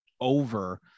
over